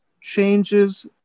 changes